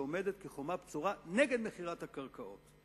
שעומדת כחומה בצורה נגד מכירת הקרקעות.